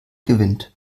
gewinnt